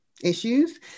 issues